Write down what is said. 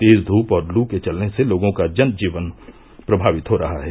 तेज धूप और लू के चलने से लोगों का जन जीवन प्रभावित हो रहा है